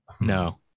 No